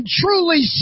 truly